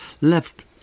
left